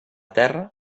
terra